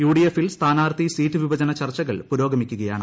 യുഡിഎഫിൽ സ്ഥാനാർത്ഥി സീറ്റ് വിഭജന ചർച്ചകൾ പുരോഗമിക്കുകയാണ്